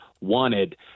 wanted